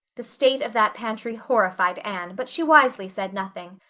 the state of that pantry horrified anne, but she wisely said nothing.